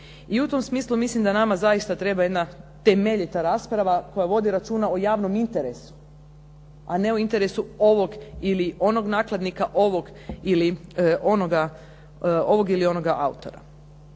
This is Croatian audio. I u tom smislu mislim da nama zaista treba jedna temeljita rasprava koja vodi računa o javnom interesu, a ne o interesu ovog ili onog nakladnika, ovog ili onoga autora.